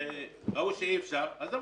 ראו שאי אפשר, אז אמרו,